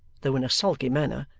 though in a sulky manner,